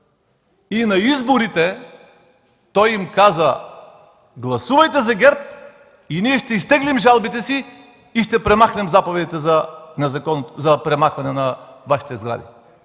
На изборите той им каза: „Гласувайте за ГЕРБ, ние ще изтеглим жалбите си и ще премахнем заповедите за премахване на Вашите сгради“.